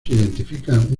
identifican